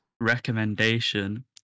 recommendation